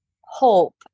hope